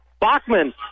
Bachman